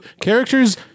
character's